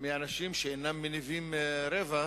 מאנשים שאינם מניבים רווח,